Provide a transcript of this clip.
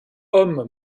homme